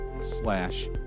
slash